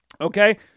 okay